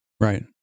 Right